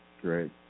Great